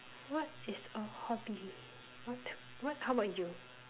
what is a hobby what what how about you